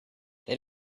they